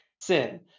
Sin